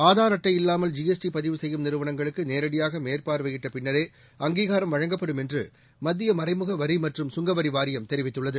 இல்லாமல் செய்யும் அட்டை ஜிஎஸ்டி பதிவு ஆதார் நிறுவனங்களுக்குநேரடியாகமேற்பார்வையிட்டபின்னரே அங்கீகாரம் வழங்கப்படும் என்றுமத்தியமறைமுகவரிமற்றும் சுங்கவரிவாரியம் தெரிவித்துள்ளது